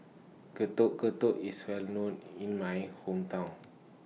Getuk Getuk IS Well known in My Hometown